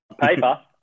paper